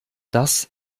das